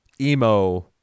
emo